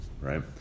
right